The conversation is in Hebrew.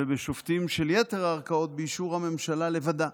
ושופטים של יתר הערכאות, באישור הממשלה לבדה.